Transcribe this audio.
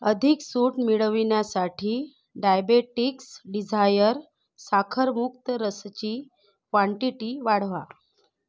अधिक सूट मिळविण्यासाठी डायबेटिक्स डिझायर साखरमुक्त रसाची क्वांटीटी वाढवा